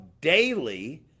daily